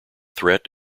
threat